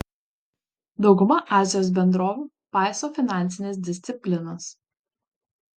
dauguma azijos bendrovių paiso finansinės disciplinos